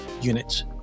units